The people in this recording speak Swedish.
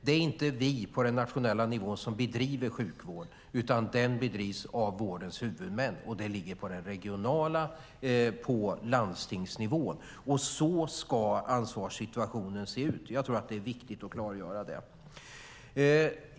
Det är inte vi på den nationella nivån som bedriver sjukvård, utan den bedrivs av vårdens huvudmän. Det ligger på den regionala nivån, på landstingsnivån. Så ska ansvarssituationen vara. Jag tror att det är viktigt att klargöra det.